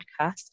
podcast